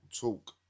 talk